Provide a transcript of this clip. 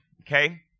okay